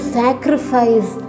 sacrifice